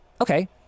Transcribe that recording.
okay